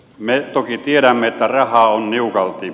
me toki tiedämme että rahaa on niukalti